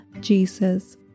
Jesus